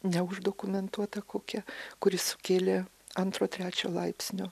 neuždokumentuota kokia kuri sukėlė antro trečio laipsnio